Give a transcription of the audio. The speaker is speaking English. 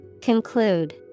Conclude